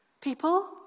People